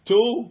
Two